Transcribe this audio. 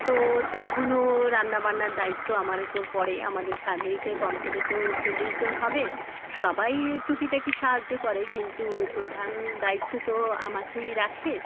তো তখনও রান্নাবান্নার দায়িত্ব আমার ওপর পড়ে আমাদের ফ্যামেলিতে কম করে তো চল্লিশজন হবে সবাই টুকিটাকি সাহায্য করে কিন্তু প্রধান দায়িত্বে তো আমাকেই রাখে